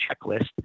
checklist